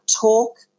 talk